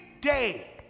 day